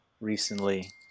recently